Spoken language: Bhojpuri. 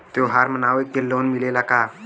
त्योहार मनावे के लोन मिलेला का?